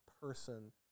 person